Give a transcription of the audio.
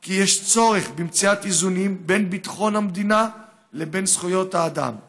כי יש צורך במציאת איזונים בין ביטחון המדינה לבין זכויות האדם.